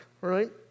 right